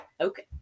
Okay